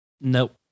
Nope